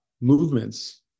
movements